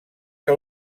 que